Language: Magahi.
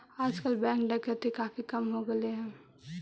आजकल बैंक डकैती काफी कम हो गेले हई